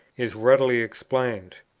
is readily explained.